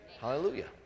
Hallelujah